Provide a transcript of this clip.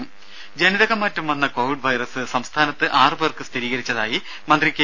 ദേദ ജനിതകമാറ്റം വന്ന കോവിഡ് വൈറസ് സംസ്ഥാനത്ത് ആറുപേർക്ക് സ്ഥിരീകരിച്ചതായി മന്ത്രി കെ